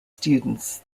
students